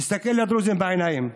תסתכל לדרוזים בעיניים.